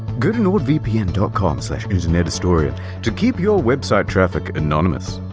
go to nordvpn dot com slash internethistorian to keep your website traffic anonymous!